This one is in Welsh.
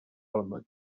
ormod